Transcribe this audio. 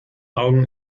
augen